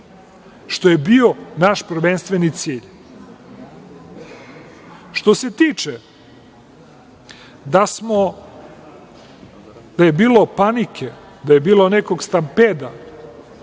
što je bio naš prvenstveni cilj. Što se tiče da je bilo panike, da je bilo nekog stampeda,